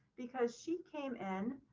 because she came in,